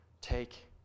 Take